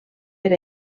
per